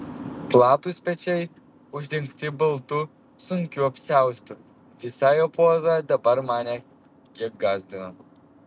platūs pečiai uždengti baltu sunkiu apsiaustu visa jo poza dabar mane kiek gąsdino